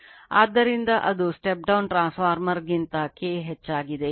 ಆದ್ದರಿಂದ ಅದು step down ಟ್ರಾನ್ಸ್ಫಾರ್ಮರ್ಗಿಂತ K ಹೆಚ್ಚಾಗಿದೆ